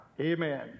Amen